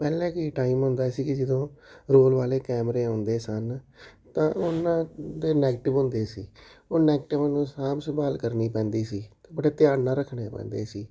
ਪਹਿਲਾਂ ਕੀ ਟਾਈਮ ਹੁੰਦਾ ਸੀ ਕਿ ਜਦੋਂ ਰੋਲ ਵਾਲੇ ਕੈਮਰੇ ਆਉਂਦੇ ਸਨ ਤਾਂ ਉਹਨਾਂ ਦੇ ਨੈਗਟਿਵ ਹੁੰਦੇ ਸੀ ਉਹ ਨੈਗਟਿਵ ਨੂੰ ਸਾਂਭ ਸੰਭਾਲ ਕਰਨੀ ਪੈਂਦੀ ਸੀ ਬੜੇ ਧਿਆਨ ਨਾਲ ਰੱਖਣੇ ਪੈਂਦੇ ਸੀ